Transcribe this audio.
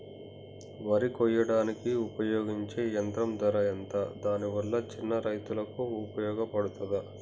వరి కొయ్యడానికి ఉపయోగించే యంత్రం ధర ఎంత దాని వల్ల చిన్న రైతులకు ఉపయోగపడుతదా?